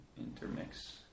intermix